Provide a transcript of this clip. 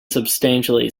substantially